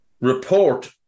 report